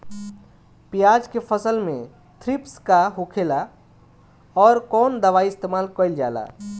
प्याज के फसल में थ्रिप्स का होखेला और कउन दवाई इस्तेमाल कईल जाला?